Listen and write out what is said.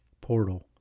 portal